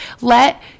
let